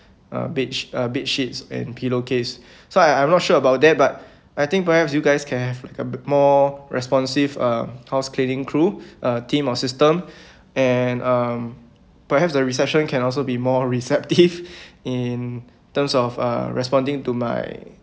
uh bedsh~ uh bedsheets and pillow case so I I'm not sure about that but I think perhaps you guys can have like a bit more responsive uh house cleaning crew uh team or system and um perhaps the reception can also be more receptive in terms of uh responding to my